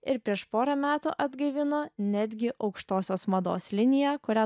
ir prieš pora metų atgaivino netgi aukštosios mados liniją kurią